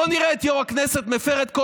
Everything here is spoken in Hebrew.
בוא נראה את יו"ר הכנסת מפר את כל